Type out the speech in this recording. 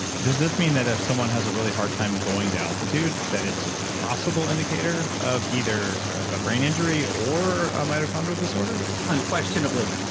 does this mean that if someone has a really hard time going to altitude, that it's a possible indicator of either a brain injury or a mitochondrial disorder? unquestionably.